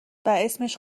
اسمش